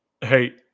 Hey